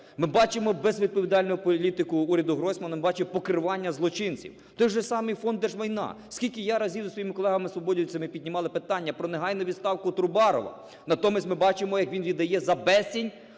Ми бачимо безвідповідальну політику уряду Гройсмана. Ми бачимо покривання злочинців. Той же самий Фонд держмайна, скільки я разів, зі своїми колегами-свободівцями, піднімали питання про негайну відставку Трубарова. Натомість ми бачимо, як він віддає за безцінь,